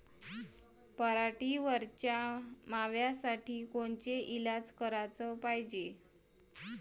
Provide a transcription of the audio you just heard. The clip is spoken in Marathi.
पराटीवरच्या माव्यासाठी कोनचे इलाज कराच पायजे?